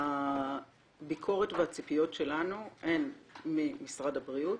הביקורת והציפיות שלנו הן ממשרד הבריאות,